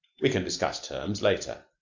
we can discuss terms later.